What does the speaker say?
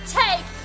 take